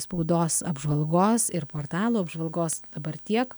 spaudos apžvalgos ir portalų apžvalgos dabar tiek